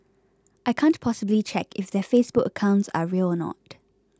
I can't possibly check if their Facebook accounts are real or not